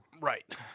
Right